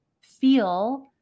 feel